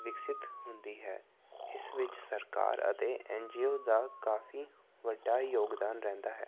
ਵਿਕਸਿਤ ਹੁੰਦੀ ਹੈ ਇਸ ਵਿਚ ਸਰਕਾਰ ਅਤੇ ਐਨਜੀਓ ਦਾ ਕਾਫੀ ਵੱਡਾ ਯੋਗਦਾਨ ਰਹਿੰਦਾ ਹੈ